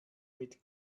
mit